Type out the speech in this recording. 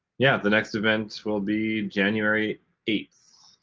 yeah, the next event will be january eighth,